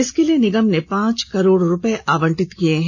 इसके लिए निगम ने पांच करोड़ रुपए आवंटित किए हैं